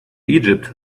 egypt